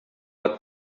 are